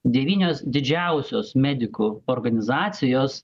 devynios didžiausios medikų organizacijos